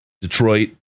Detroit